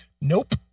nope